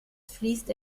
fließt